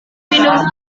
minum